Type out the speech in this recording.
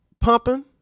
pumping